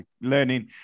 learning